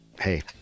hey